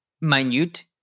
minute